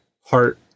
heart